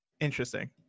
interesting